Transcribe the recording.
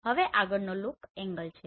હવે આગળનો look angle છે